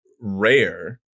rare